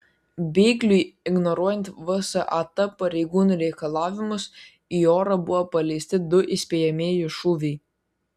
bėgliui ignoruojant vsat pareigūnų reikalavimus į orą buvo paleisti du įspėjamieji šūviai